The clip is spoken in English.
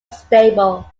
stable